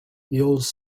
yours